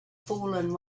fallen